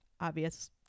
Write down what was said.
obvious